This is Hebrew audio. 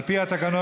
על פי התקנון,